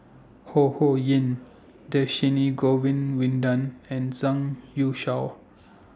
Ho Ho Ying Dhershini Govin Winodan and Zhang Youshuo